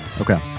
Okay